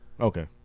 Okay